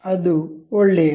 ಅದು ಒಳ್ಳೆಯದು